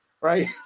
Right